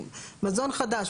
מזון חדש,